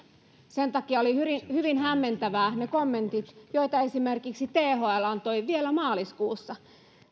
sen takia olivat hyvin hämmentäviä ne kommentit joita esimerkiksi thl antoi vielä maaliskuussa thl